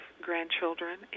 grandchildren